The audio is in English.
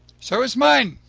so has mine.